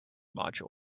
module